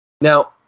Now